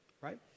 right